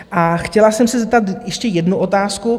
A chtěla jsem se zeptat ještě jednu otázku.